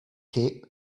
cape